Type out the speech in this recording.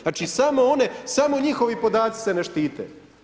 Znači samo one, samo njihovi podaci se ne štite.